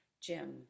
Jim